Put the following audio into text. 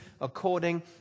according